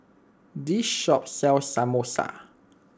this shop sells Samosa